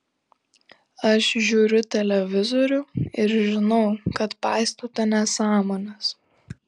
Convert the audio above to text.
aš žiūriu televizorių ir žinau kad paistote nesąmones